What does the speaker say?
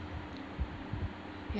ya